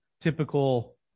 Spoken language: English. typical